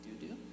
do-do